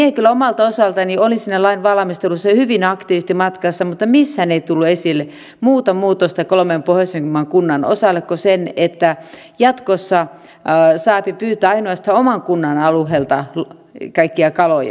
minä kyllä omalta osaltani olin siinä lain valmistelussa hyvin aktiivisesti matkassa mutta missään ei tullut esille muuta muutosta kolmen pohjoisimman kunnan osalle kuin se että jatkossa saapi pyytää ainoastaan oman kunnan alueelta kaikkia kaloja